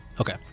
okay